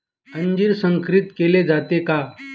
अंजीर संकरित केले जाते का?